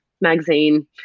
magazine